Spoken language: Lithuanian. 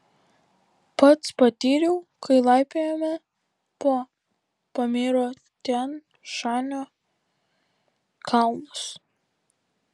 pats patyriau kai laipiojome po pamyro tian šanio kalnus